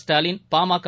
Stalin PMK